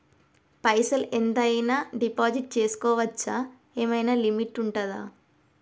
పైసల్ ఎంత అయినా డిపాజిట్ చేస్కోవచ్చా? ఏమైనా లిమిట్ ఉంటదా?